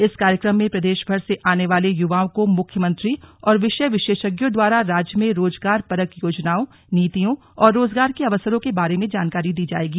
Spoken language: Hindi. इस कार्यक्रम में प्रदेशभर से आने वाले युवाओं को मुख्यमंत्री और विषय विशेषज्ञों द्वारा राज्य में रोजगार परक योजनाओं नीतियों और रोजगार के अवसरों के बारे में जानकारी दी जायेगी